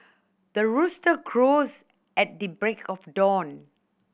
the rooster crows at the break of dawn